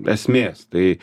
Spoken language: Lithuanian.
esmės tai